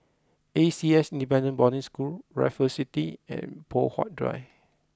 A C S Independent Boarding School Raffles City and Poh Huat Drive